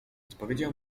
odpowiedział